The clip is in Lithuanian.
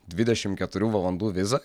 dvidešimt keturių valandų vizą